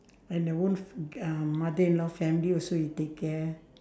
and their own f~ uh mother in law family also he take care